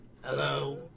hello